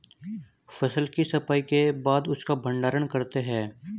फसल की सफाई के बाद उसका भण्डारण करते हैं